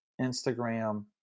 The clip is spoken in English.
Instagram